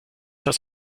das